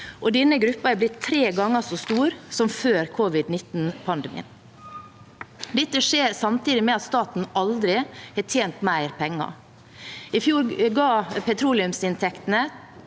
og denne gruppen er blitt tre ganger så stor som den var før covid-19-pandemien. Dette skjer samtidig med at staten aldri før har tjent mer penger. I fjor ga petroleumsinntektene